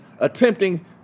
attempting